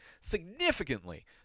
significantly